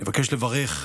אני מבקש לברך,